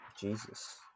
Jesus